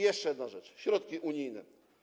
Jeszcze jedna rzecz: środki unijne.